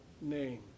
name